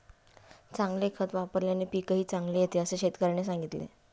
चांगले खत वापल्याने पीकही चांगले येते असे शेतकऱ्याने सांगितले